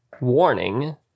warning